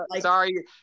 Sorry